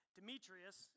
Demetrius